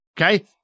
Okay